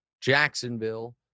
Jacksonville